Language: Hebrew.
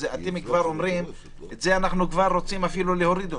אתם כבר אומרים שאותו אתם רוצים להוריד,